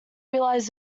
realize